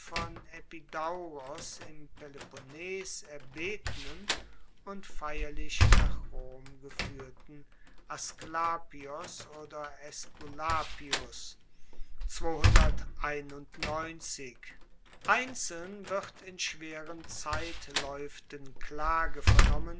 epidauros im peloponnes erbetenen und feierlich nach rom gefuehrten asklapios oder aesculapius einzeln wird in schweren zeitlaeuften klage vernommen